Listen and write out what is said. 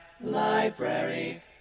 Library